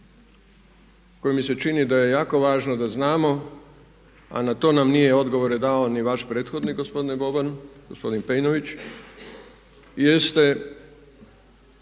koju mi se čini da je jako važno da znamo a na to nam nije odgovore dao ni vaš prethodnik gospodine Boban, gospodin …/Govornik se